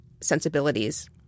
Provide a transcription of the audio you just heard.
sensibilities